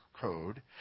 code